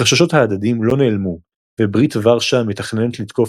החששות ההדדים לא נעלמו וברית ורשה מתכננת לתקוף